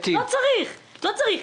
לא צריך, לא צריך.